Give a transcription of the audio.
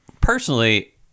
personally